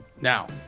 now